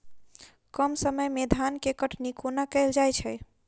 कम समय मे धान केँ कटनी कोना कैल जाय छै?